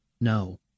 no